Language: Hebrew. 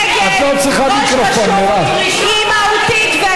יש נגדה, והיא מועמדת של מפלגת העבודה.